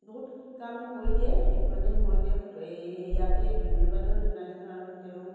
বহুত কাম কৰি দিয়ে সেইটো কাৰণে মই তেওঁক ইয়াতেই ধন্যবাদো জনাইছোঁ আৰু তেওঁ